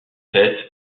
fêtes